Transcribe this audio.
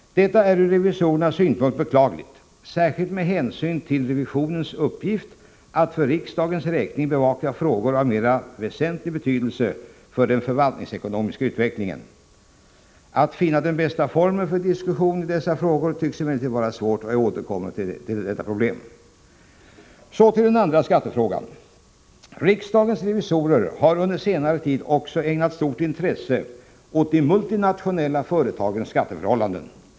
Detta är från revisorernas synpunkt beklagligt, särskilt med hänsyn till revisionens uppgift att för riksdagens räkning bevaka frågor av mera väsentlig betydelse för den förvaltningsekonomiska utvecklingen. Att finna den bästa formen för diskussion i dessa frågor tycks emellertid vara svårt, och jag återkommer till detta problem. Så till den andra skattefrågan. Riksdagens revisorer har under senare tid också ägnat stort intresse åt de multinationella företagens skatteförhållanden.